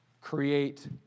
create